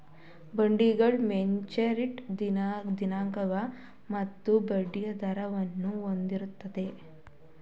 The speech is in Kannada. ಬಾಂಡ್ಗಳು ಮೆಚುರಿಟಿ ದಿನಾಂಕ ಮತ್ತು ಬಡ್ಡಿಯ ದರವನ್ನು ಹೊಂದಿರುತ್ತೆ